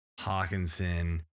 Hawkinson